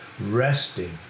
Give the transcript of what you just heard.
resting